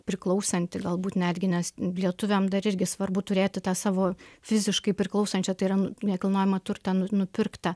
priklausanti galbūt netgi nes lietuviam dar irgi svarbu turėti tą savo fiziškai priklausančią tai yra nekilnojamą turtą nu nupirkta